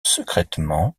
secrètement